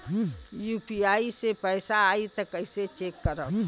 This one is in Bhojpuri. यू.पी.आई से पैसा आई त कइसे चेक करब?